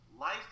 life